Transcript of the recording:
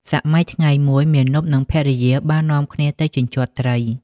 សម័យថ្ងៃមួយ មាណព និងភរិយាបាននាំគ្នាទៅជញ្ជាត់ត្រី។